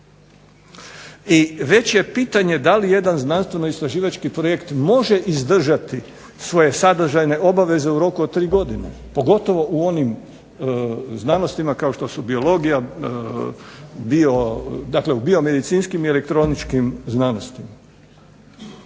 i već je pitanje da li jedan znanstveno-istraživački projekt može izdržati svoje sadržajne obaveze u roku od tri godine pogotovo u onim znanostima kao što su biologija, dakle u biomedicinskim i elektroničkim znanostima.